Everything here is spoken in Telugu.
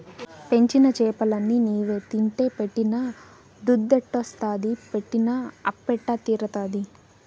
పెంచిన చేపలన్ని నీవే తింటే పెట్టిన దుద్దెట్టొస్తాది పెట్టిన అప్పెట్ట తీరతాది